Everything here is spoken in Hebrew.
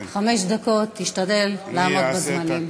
חמש דקות, תשתדל לעמוד בזמנים.